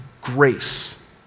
grace